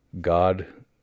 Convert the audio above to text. God